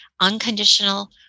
unconditional